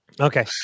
Okay